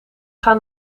gaan